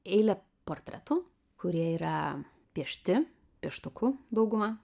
eilę portretų kurie yra piešti pieštuku dauguma